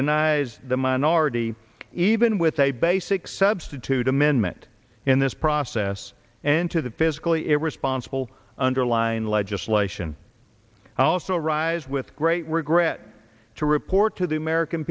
denies the minority even with a basic substitute amendment in this process and to the fiscally irresponsible underlying legislation also rise with great regret to report to the american